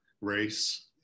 race